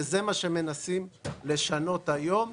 וזה מה שמנסים לשנות היום,